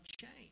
change